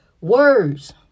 words